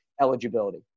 eligibility